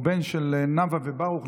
הוא בן של נאוה וברוך.